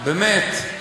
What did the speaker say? באמת.